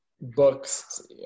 books